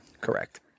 Correct